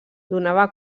donava